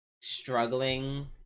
struggling